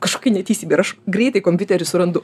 kažkokia neteisybė ir aš greitai kompiutery surandu